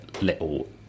little